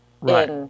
Right